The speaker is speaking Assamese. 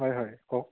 হয় হয় কওক